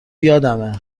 یادمه